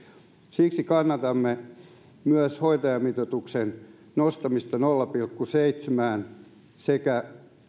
siksi kannatamme myös hoitajamitoituksen nostamista nolla pilkku seitsemään sekä